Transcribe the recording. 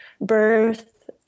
birth